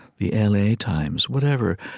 the l a. times, whatever,